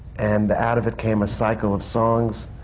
and out of it came a cycle of songs,